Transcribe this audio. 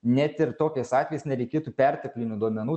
net ir tokiais atvejais nereikėtų perteklinių duomenų